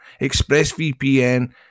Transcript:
ExpressVPN